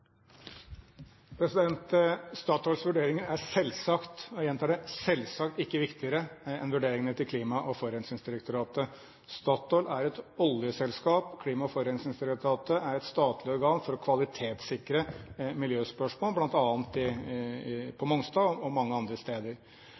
Statoils vurderinger er selvsagt – og jeg gjentar selvsagt – ikke viktigere enn vurderingene til Klima- og forurensningsdirektoratet. Statoil er et oljeselskap. Klima- og forurensningsdirektoratet er et statlig organ for å kvalitetssikre miljøspørsmål,